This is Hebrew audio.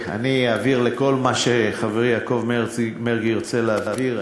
אני אעביר כל מה שחברי יעקב מרגי ירצה להעביר.